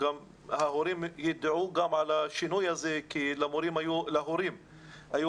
ההורים ידעו על השינוי הזה כי להורים היו